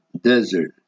desert